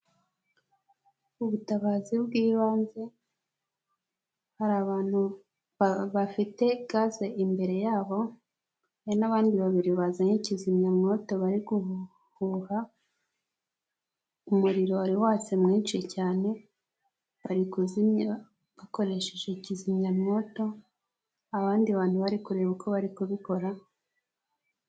Ubutabazi bw'ibanze hari abantu bafite gaze imbere yabo, hari n'abandi babiri bazanye ikizimyamwoto bari guhuhuha, umuriro wari watse mwinshi cyane, bari kuzimya bakoresheje kizimyamwoto abandi bantu bari kureba uko bari kubikora.